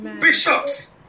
bishops